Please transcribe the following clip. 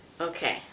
okay